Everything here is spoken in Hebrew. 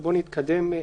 ובואו נתקדם.